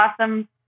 awesome